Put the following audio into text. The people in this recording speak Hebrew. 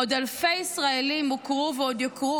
עוד אלפי ישראלים הוכרו ועוד יוכרו